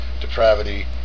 depravity